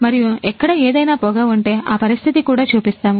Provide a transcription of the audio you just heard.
మరియు ఎక్కడ ఏదైనా పొగ ఉంటే ఆ పరిస్థితి కూడా చూపిస్తాము